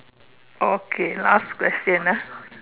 okay last question ah